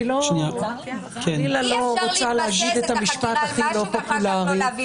אני חלילה לא רוצה להגיד את המשפט הכי לא פופולרי